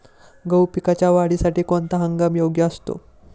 गहू पिकाच्या वाढीसाठी कोणता हंगाम योग्य असतो?